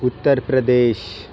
Uttar Pradesh